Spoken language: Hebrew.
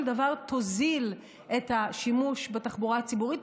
דבר תוזיל את השימוש בתחבורה הציבורית,